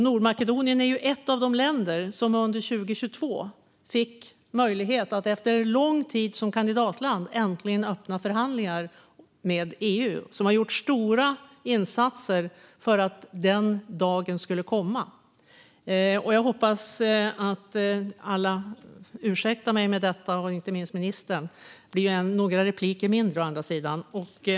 Nordmakedonien är ett av de länder som under 2022 fick möjlighet att efter lång tid som kandidatland äntligen öppna förhandlingar med EU. De har gjort stora insatser för att den dagen skulle komma. Jag hoppas att alla, inte minst ministern, ursäktar mig för detta. Det blir å andra sidan några repliker färre i och med det.